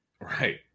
Right